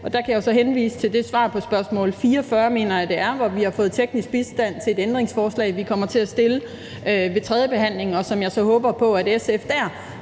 og der kan jeg jo så henvise til det svar på spørgsmål nr. 44, mener jeg det er, hvor vi har fået teknisk bistand til et ændringsforslag, som vi vil stille ved tredjebehandlingen, og som jeg så håber på at SF dér